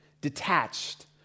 detached